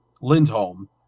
Lindholm